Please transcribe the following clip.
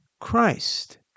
Christ